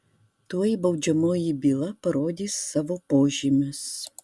tuoj baudžiamoji byla parodys savo požymius